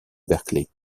berkeley